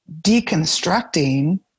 deconstructing